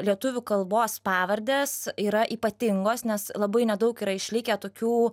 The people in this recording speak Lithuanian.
lietuvių kalbos pavardės yra ypatingos nes labai nedaug yra išlikę tokių